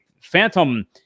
phantom